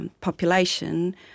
population